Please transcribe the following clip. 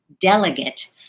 delegate